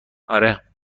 آره